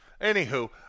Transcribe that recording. Anywho